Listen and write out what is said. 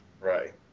Right